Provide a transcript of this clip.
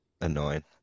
annoying